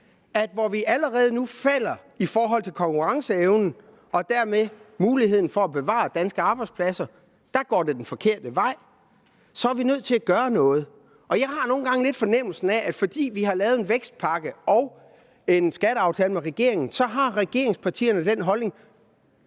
se, hvor det allerede nu falder i forhold til konkurrenceevnen og dermed muligheden for at bevare danske arbejdspladser; der går det den forkerte vej. Og så er vi nødt til at gøre noget. Jeg har nogle gange lidt fornemmelsen af, at fordi vi har lavet en vækstpakke og en skatteaftale med regeringen, så har regeringspartierne den holdning,